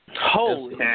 Holy